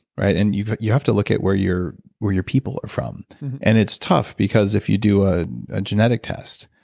right? and you you have to look at where your where your people are from and it's touch because if you do a ah genetic test,